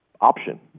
option